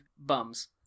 bums